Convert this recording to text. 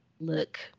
Look